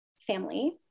family